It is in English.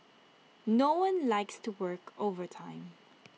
no one likes to work overtime